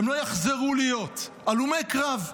הם לא יחזרו להיות, הלומי קרב,